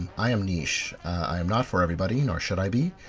i am niche. i am not for everybody nor should i be.